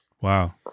Wow